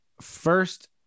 first